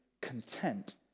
content